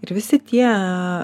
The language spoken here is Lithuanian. ir visi tie